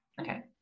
Okay